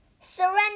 surrender